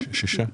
שישה.